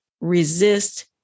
Resist